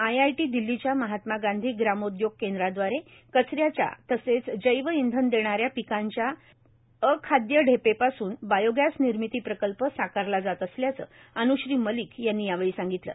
IIT दिल्लीच्या महात्मा गांधी ग्रामोदयोग केंद्रादवारे कचऱ्याच्या तसेच जैव इंधन देणाऱ्या पिकांच्या अखाद्य ढेपे पासून बायोगॅस निर्मिती प्रकल्प साकारला जात असल्याचं अन्श्री मलिक यांनी यावेळी सांगितलं